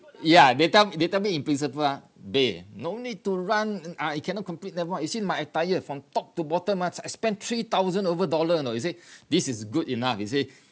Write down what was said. ya they tell they tell me in principle ah beh no need to run ah you cannot complete never mind you see my attire from top to bottom ah I spent three thousand over dollars you know he say this is good enough he say